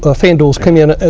ah fan duals came in,